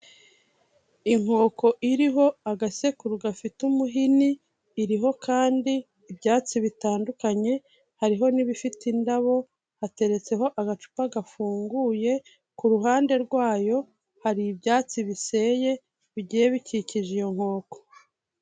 Inkooko iriho agasekuru gafite umuhini, iriho kandi ibyatsi bitandukanye, hariho n'ibifite indabo, hateretseho agacupa gafunguye, ku ruhande rwayo hari ibyatsi biseye bigiye bikikije iyo nkooko.